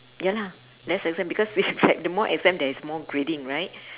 ya lah less exam because the more exam there is more grading right